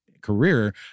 career